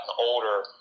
older